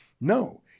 No